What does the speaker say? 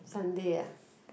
Sunday uh